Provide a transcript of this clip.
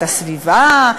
את הסביבה,